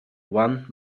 one